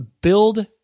build